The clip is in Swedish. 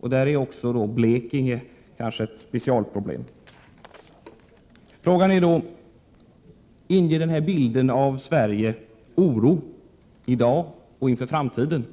Där är kanske situationen i Blekinge ett speciellt problem. Frågan är då om denna bild av Sverige inger oro i dag och inför framtiden.